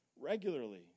Regularly